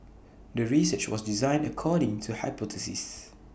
the research was designed according to hypothesis